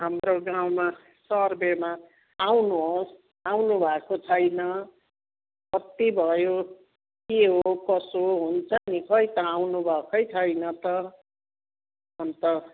हाम्रो गाउँमा सर्भेमा आउनुहोस् आउनु भएको छैन कति भयो के हो कसो हो हुन्छ नि खै त आउनु भएकै छैन त अन्त